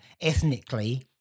ethnically